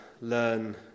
learn